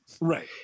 Right